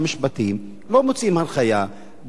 לא מוציאים הנחיה גם כאן,